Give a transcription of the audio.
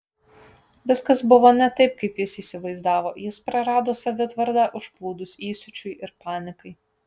viskas buvo ne taip kaip jis įsivaizdavo jis prarado savitvardą užplūdus įsiūčiui ir panikai